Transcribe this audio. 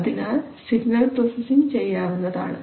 അതിനാൽ signal processing ചെയ്യാവുന്നതാണ്